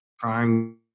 trying